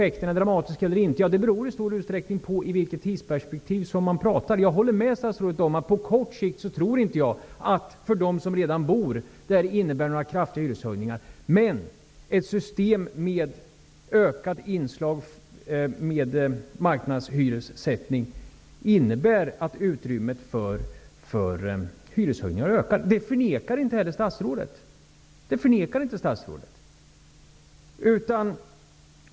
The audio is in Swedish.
Det beror i stor utsträckning på i vilket tidsperspektiv som man pratar, om effekterna är dramatiska eller inte. Jag håller med statsrådet om att det på kort sikt inte innebär några kraftiga hyreshöjningar för dem som redan bor i lägenheten. Men ett system med ökat inslag av marknadshyressättning innebär att utrymmet för hyreshöjningar ökar. Det förnekar inte heller statsrådet.